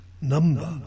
number